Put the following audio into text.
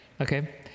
Okay